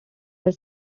were